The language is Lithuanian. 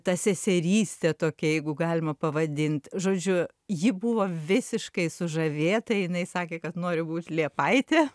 ta seserystė tokia jeigu galima pavadint žodžiu ji buvo visiškai sužavėta jinai sakė kad nori būt liepaitė